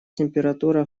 температура